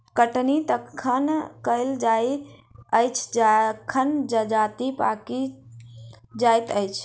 कटनी तखन कयल जाइत अछि जखन जजति पाकि जाइत अछि